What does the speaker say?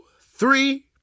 three